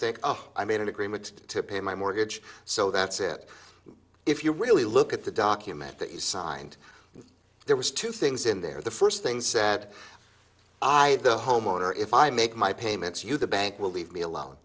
think i made an agreement to pay my mortgage so that's it if you really look at the document that you signed there was two things in there the first thing said i the homeowner if i make my payments you the bank will leave me alone